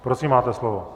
Prosím, máte slovo.